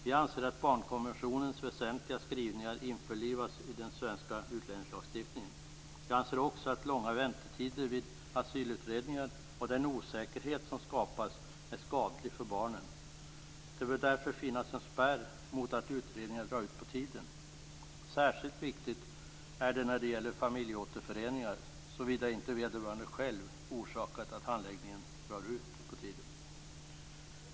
Vi anser att barnkonventionens väsentliga skrivningar skall införlivas i den svenska utlänningslagtiftningen. Vi anser också att långa väntetider vid asylutredningar och den osäkerhet som skapas är skadlig för barnen. Det bör därför finnas en spärr mot att utredningar drar ut på tiden. Särskilt viktigt är det när det gäller familjeåterföreningar, såvida inte vederbörande själv orsakat att handläggningen drar ut på tiden.